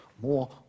more